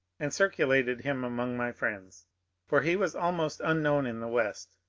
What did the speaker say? and circulated him among my friends for he was almost unknown in the west,